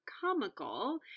comical